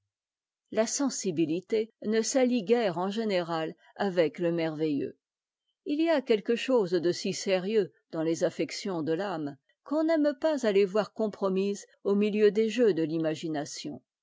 la sensibilité ne s'allie guère en général avec le merveilleux il y a quelque chose de si sérieux dans les affections de l'âme qu'on n'aime pas à les voir compromises au milieu des jeux de l'imagination